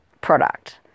product